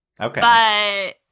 Okay